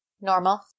Normal